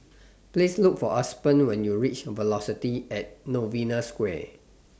Please Look For Aspen when YOU REACH Velocity At Novena Square